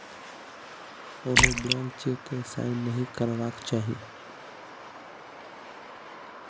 कोनो blank cheque केँ sign नहि करबाक चाही